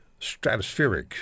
stratospheric